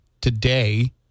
today